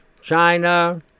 China